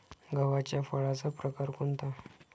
गव्हाच्या फळाचा प्रकार कोणता?